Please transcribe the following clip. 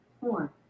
Four